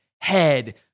head